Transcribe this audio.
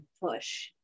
push